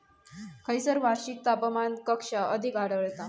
खैयसर वार्षिक तापमान कक्षा अधिक आढळता?